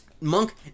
Monk